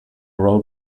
road